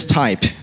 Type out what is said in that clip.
type